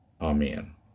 Amen